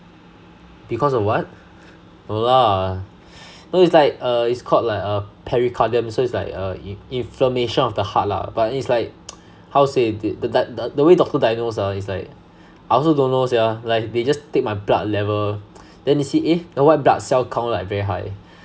because of what no lah no it's like err it's called like uh pericardium so it's like a in~ inflammation of the heart lah but it's like how say the dia~ the way doctor diagnose ah it's like I also don't know sia like they just take my blood level then they see eh the white blood cell count like very high